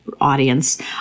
audience